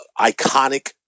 iconic